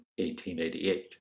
1888